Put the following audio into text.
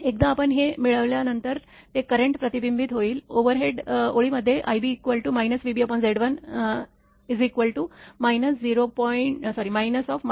एकदा आपण हे मिळविल्या नंतर ते करेंट प्रतिबिंबित होईल ओव्हरहेड ओळीमध्ये ib vbZ1 80